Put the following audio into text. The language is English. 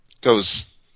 goes